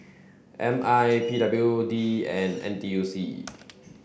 M I P W D and N T U C